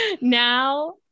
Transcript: Now